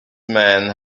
men